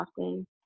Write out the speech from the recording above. often